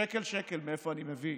שקל-שקל מאיפה אני מביא,